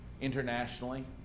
internationally